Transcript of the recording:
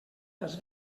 els